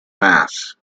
mass